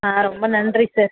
ஆ ரொம்ப நன்றி சார்